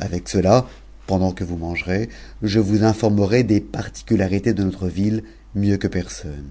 avec cela pendant que o s mangerez je vous informerai des particularités de notre ville mieux t tisonne une personne